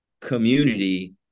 community